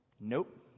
Nope